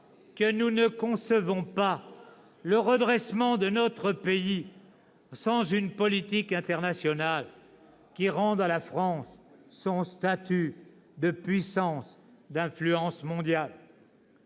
que nous ne concevons pas le redressement de notre pays sans une politique internationale qui rende à la France son statut de puissance d'influence mondiale.